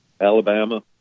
Alabama